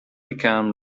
become